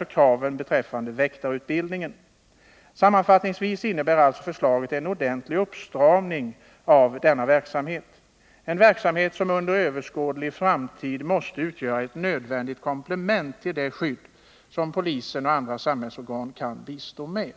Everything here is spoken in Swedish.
och kraven på väktarutbildningen skärps. Sammanfattningsvis innebär alltså förslaget en ordentlig uppstramning av denna verksamhet, en verksamhet som under överskådlig framtid måste utgöra ett nödvändigt komplement till det skydd som polisen och andra samhällsorgan kan bistå med.